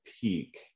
peak